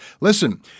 Listen